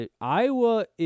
iowa